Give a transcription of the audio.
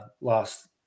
last